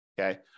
Okay